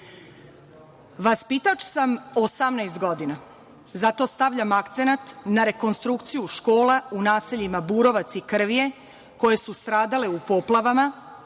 sam 18 godina, zato stavljam akcenat na rekonstrukciju škola u naseljima Burovac i Krvje koje su stradale u poplavama